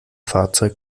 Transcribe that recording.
fahrzeug